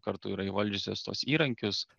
kartu yra įvaldžiusios tuos įrankius